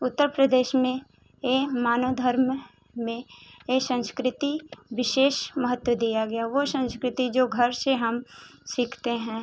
उत्तर प्रदेश में ए मानव धर्म में ए संस्कृति विशेष महत्व दिया गया वो संस्कृति जो घर से हम सीखते हैं